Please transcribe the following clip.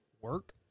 work